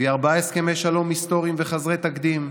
הביא ארבעה הסכמי שלום היסטוריים וחסרי תקדים,